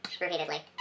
Repeatedly